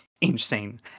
insane